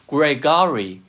Gregory